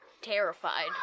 terrified